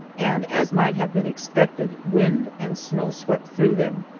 and, as might have been expected, wind and snow swept through them.